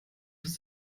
ist